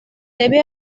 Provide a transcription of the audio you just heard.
debe